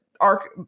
arc